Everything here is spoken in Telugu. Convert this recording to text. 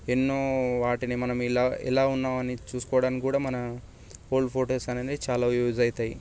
ఎన్నోవాటిని మనం ఇలా ఉన్నామని చూసుకోవడానికి కూడా ఓల్డ్ ఫొటోస్ అనేవి చాలా యూజ్ అవుతాయి